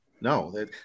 no